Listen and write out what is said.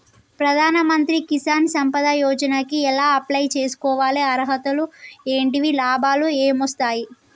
ప్రధాన మంత్రి కిసాన్ సంపద యోజన కి ఎలా అప్లయ్ చేసుకోవాలి? అర్హతలు ఏంటివి? లాభాలు ఏమొస్తాయి?